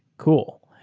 cool.